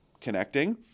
connecting